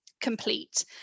Complete